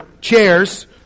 chairs